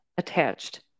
attached